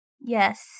yes